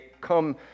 come